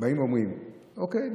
באים ואומרים: אוקיי,